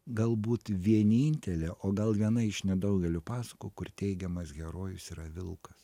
galbūt vienintelė o gal viena iš nedaugelio pasakų kur teigiamas herojus yra vilkas